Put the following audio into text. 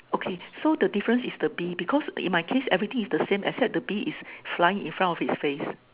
okay so the difference is the bee because in my case everything is the same except the bee is flying in front of his face